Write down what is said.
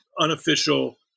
unofficial